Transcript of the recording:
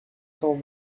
cent